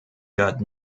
got